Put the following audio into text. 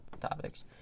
topics